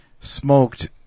smoked